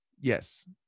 yes